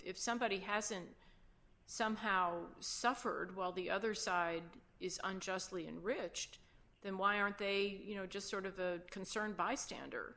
somebody hasn't somehow suffered while the other side is unjustly enriched then why aren't they you know just sort of the concerned bystander